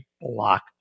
block